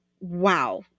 wow